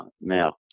Now